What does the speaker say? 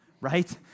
right